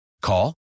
Call